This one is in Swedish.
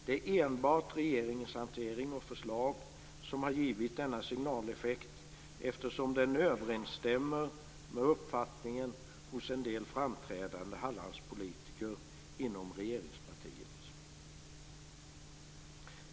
Det är enbart regeringens hantering och förslag som givit denna signaleffekt, som har samband med uppfattningen hos en del framträdande Hallandspolitiker inom regeringspartiet.